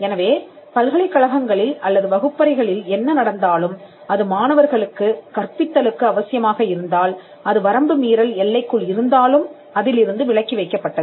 எனவே பல்கலைக்கழகங்களில் அல்லது வகுப்பறைகளில் என்ன நடந்தாலும் அது மாணவர்களுக்குக் கற்பித்தலுக்கு அவசியமாக இருந்தால் அது வரம்பு மீறல் எல்லைக்குள் இருந்தாலும் அதிலிருந்து விலக்கி வைக்கப்பட்டது